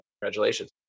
Congratulations